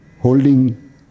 holding